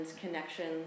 connections